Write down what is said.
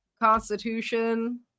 constitution